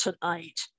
Tonight